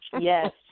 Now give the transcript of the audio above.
Yes